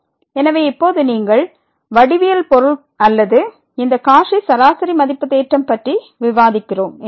எனவே இப்போது நீங்கள் வடிவியல் பொருள் அல்லது இந்த காச்சி சராசரி மதிப்பு தேற்றம் பற்றி விவாதிக்கிறோம் என்றால்